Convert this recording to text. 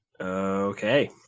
Okay